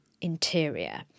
interior